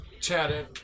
chatted